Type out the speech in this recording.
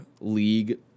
league